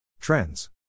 Trends